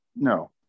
No